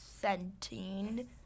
scenting